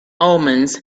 omens